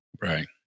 Right